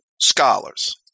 Scholars